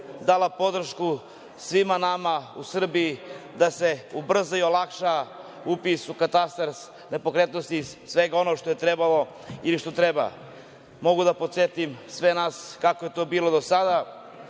dala podršku svima nama u Srbiji da se ubrza i olakša upis u katastar nepokretnosti i svega onog što je trebalo i što treba. Mogu da podsetim sve nas kako je to bilo do sada,